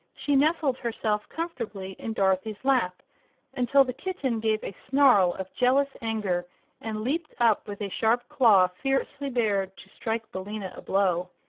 she nestled herself comfortably in dorothy's lap until the kitten gave a snarl of jealous anger and leaped up with a sharp claw fiercely bared to strike billina a blow.